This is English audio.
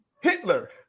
Hitler